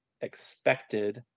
expected